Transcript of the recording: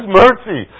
mercy